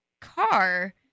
car